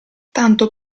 tanto